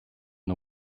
the